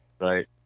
right